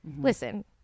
Listen